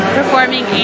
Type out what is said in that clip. performing